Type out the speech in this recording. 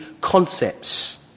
concepts